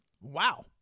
Wow